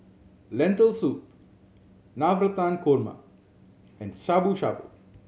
Lentil Soup Navratan Korma and Shabu Shabu